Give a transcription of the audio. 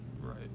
Right